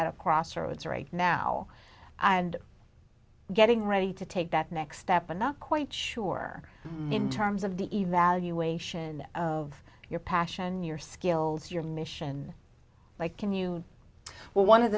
a crossroads right now and getting ready to take that next step i'm not quite sure in terms of the evaluation of your passion your skills your mission like can you one of